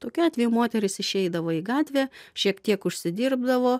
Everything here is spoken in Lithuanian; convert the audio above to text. tokiu atveju moterys išeidavo į gatvę šiek tiek užsidirbdavo